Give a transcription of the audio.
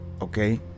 okay